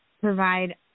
provide